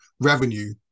revenue